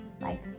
life